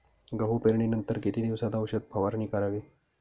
गहू पेरणीनंतर किती दिवसात औषध फवारणी करावी?